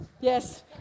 Yes